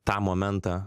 tą momentą